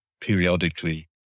periodically